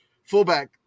Fullback